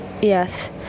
yes